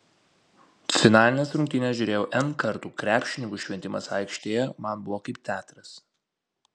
finalines rungtynes žiūrėjau n kartų krepšininkų šventimas aikštėje man buvo kaip teatras